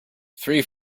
three